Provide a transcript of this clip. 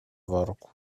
worku